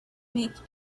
make